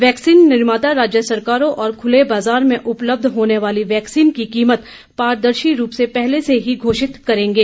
vaccine निर्माता राज्य सरकारों और खुले बाजारों उपलब्ध होने वाली वैक्सीन की कीमत पारदर्शी रूप से पहले से ही घोषित करेंगे